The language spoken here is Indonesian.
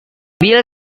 bill